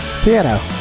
piano